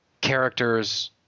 characters